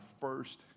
first